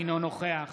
אינו נוכח